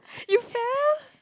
you fell